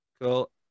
Cool